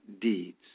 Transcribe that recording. deeds